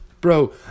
Bro